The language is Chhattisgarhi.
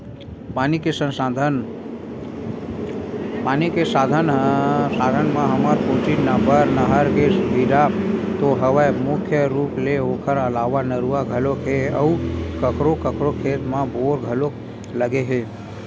पानी के साधन म हमर कोती बर नहर के सुबिधा तो हवय मुख्य रुप ले ओखर अलावा नरूवा घलोक हे अउ कखरो कखरो खेत म बोर घलोक लगे हे